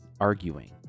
arguing